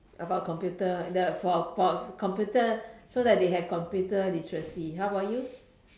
about computer the for for for computer so that they have computer literacy how about you